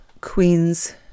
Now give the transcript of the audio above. Queen's